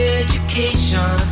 education